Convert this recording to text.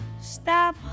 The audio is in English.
Stop